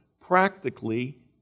practically